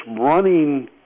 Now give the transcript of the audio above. running